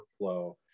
workflow